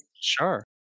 Sure